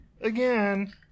Again